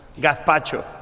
gazpacho